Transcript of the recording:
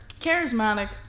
charismatic